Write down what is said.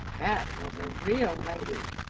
that was a real lady,